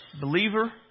Believer